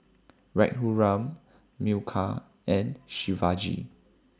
Raghuram Milkha and Shivaji